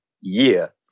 year